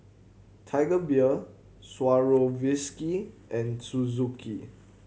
Tiger Beer Swarovski and Suzuki